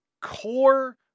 core